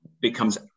becomes